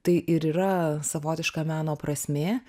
tai ir yra savotiška meno prasmė